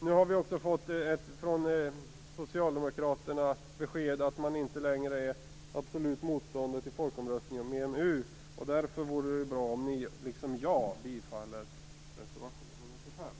Nu har vi också fått besked från socialdemokraterna att man inte längre är absolut motståndare till folkomröstning om EMU. Därför vore det bra om ni liksom jag bifaller reservation 25.